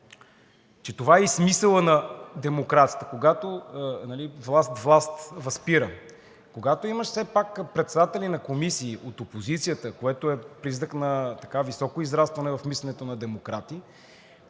че това е и смисълът на демокрацията – когато власт власт възпира. Когато все пак имаш председатели на комисии от опозицията, което е признак на високо израстване в мисленето на демократите,